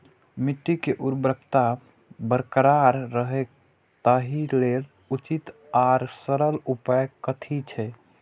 मिट्टी के उर्वरकता बरकरार रहे ताहि लेल उचित आर सरल उपाय कथी छे?